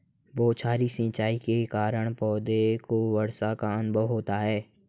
बौछारी सिंचाई के कारण पौधों को वर्षा का अनुभव होता है